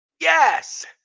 Yes